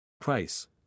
price